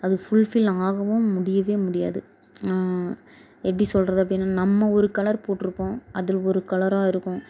அது ஃபுல்ஃபில் ஆகவும் முடியவே முடியாது எப்படி சொல்கிறது அப்படின்னா நம்ம ஒரு கலர் போட்டுருப்போம் அதில் ஒரு கலராக இருக்கும்